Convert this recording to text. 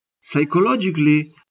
Psychologically